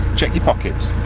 check your pockets.